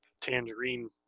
tangerine